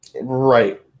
Right